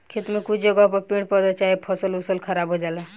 खेत में कुछ जगह पर पेड़ पौधा चाहे फसल ओसल खराब हो जाला